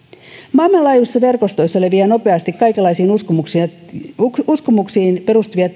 maailmanlaajuisissa verkostoissa leviää nopeasti kaikenlaisiin uskomuksiin uskomuksiin perustuvia